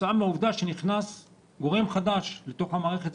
כתוצאה מהעובדה שנכנס גורם חדש לתוך המערכת,